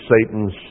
Satan's